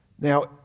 Now